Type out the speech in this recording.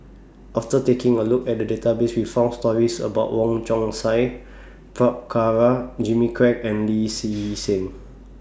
after taking A Look At The Database We found stories about Wong Chong Sai Prabhakara Jimmy Quek and Lee See Seng